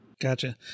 Gotcha